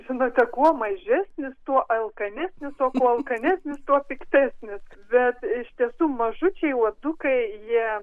žinote kuo mažesnis tuo alkanesnis o kuo alkanesnis tuo pyktesnis bet iš tiesų mažučiai uodukai jie